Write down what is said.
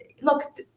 look